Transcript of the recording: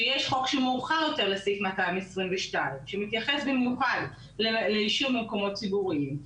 שהוא מאוחר יותר לסעיף 222 ומתייחס במיוחד לעישון במקומות ציבוריים,